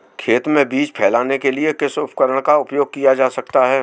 खेत में बीज फैलाने के लिए किस उपकरण का उपयोग किया जा सकता है?